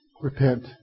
Repent